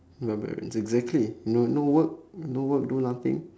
barbarians exactly no no work no work do nothing